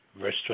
Verse